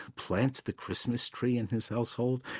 plant the christmas tree in his household?